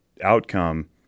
outcome